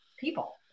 people